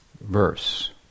verse